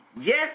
Yes